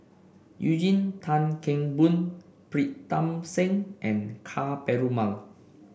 Eugene Tan Kheng Boon Pritam Singh and Ka Perumal